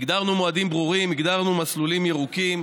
הגדרנו מועדים ברורים, הגדרנו מסלולים ירוקים,